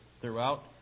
throughout